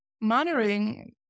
monitoring